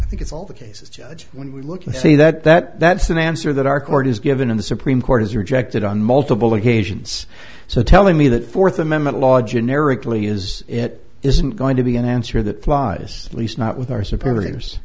that think it's all the cases judge when we look and see that that that's an answer that our court is given in the supreme court is rejected on multiple occasions so telling me that fourth amendment law generically is it isn't going to be an answer that flies at least not with our sup